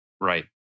Right